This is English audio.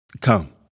come